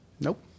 Nope